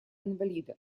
инвалида